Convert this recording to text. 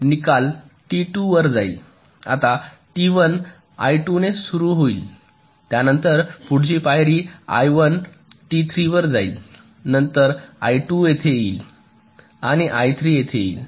आता T 1 I 2 ने सुरू होऊ शकेल त्यानंतर पुढची पायरी आय 1 टी 3 वर जाईल नंतर आय 2 येथे येईल आणि आय 3 येथे येईल